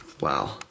Wow